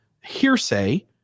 hearsay